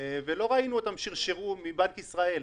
מבנק ישראל,